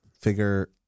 figure